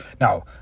Now